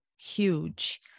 huge